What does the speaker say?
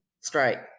straight